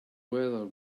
weather